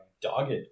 dogged